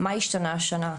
מה השתנה השנה,